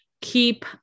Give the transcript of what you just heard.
Keep